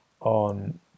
on